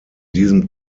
diesem